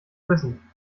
wissen